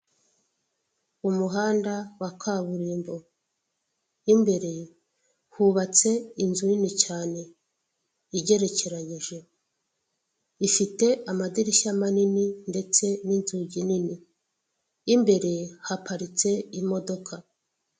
Umuhanda wa kaburimbo imbere hubatse inzu nini cyane igerekeranyije ifite amadirishya manini ndetse n'inzugi nini, imbere haparitse imodoka.